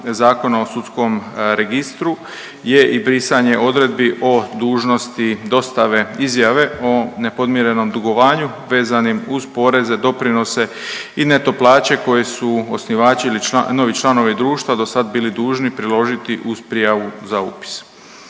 Zakona o sudskom registru je i brisanje odredbi o dužnosti dostave izjave o nepodmirenom dugovanju vezanim uz poreze, doprinose i neto plaće koje su osnivači ili novi članovi društva do sad bili dužni priložiti uz prijavu za upis.